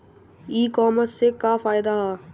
ई कामर्स से का फायदा ह?